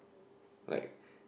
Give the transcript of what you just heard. like